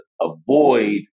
avoid